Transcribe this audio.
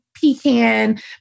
pecan